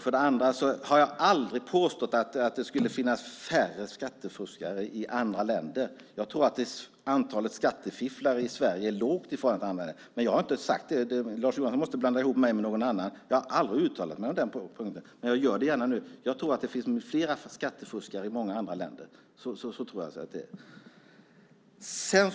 För det andra har jag aldrig påstått att det skulle finnas färre skattefuskare i andra länder. Jag tror att antalet skattefifflare i Sverige är lågt i förhållande till andra länder. Men jag har inte sagt det. Lars Johansson måste blanda ihop mig med någon annan. Jag har aldrig uttalat mig på den punkten. Men jag gör det gärna nu. Jag tror att det finns fler skattefuskare i många andra länder. Så tror jag att det är.